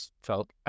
felt